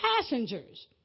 passengers